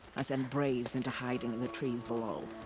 i sent braves into hiding in the trees below.